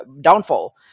downfall